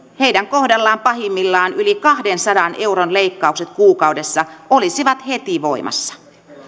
heidän kohdallaan pahimmillaan yli kahdensadan euron leikkaukset kuukaudessa olisivat heti voimassa